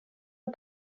are